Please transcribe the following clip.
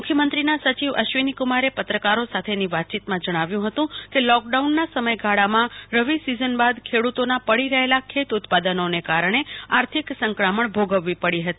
મુખ્યમંત્રીના સચિવ અશ્વિની કુમારે પત્રકારો સાથેની વાતચીતમાં જણાવ્યુ હતું કે લોકડાઉનના સમયગાળામાં રવિ સિઝન બાદ ખેડૂતોના પડી રહેલા ખેતઉત્પાદનને કારણે આર્થિક સંક્રમણ ભોગવવી પડતી હતી